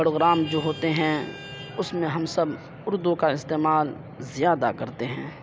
programme جو ہوتے ہیں اس میں ہم سب اردو کا استعمال زیادہ کرتے ہیں